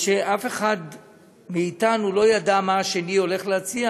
אף אחד מאתנו לא ידע מה השני הולך להציע,